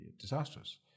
disastrous